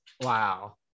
Wow